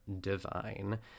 divine